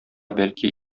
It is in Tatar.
бәлки